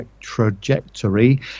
trajectory